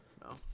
No